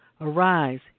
Arise